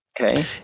Okay